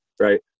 right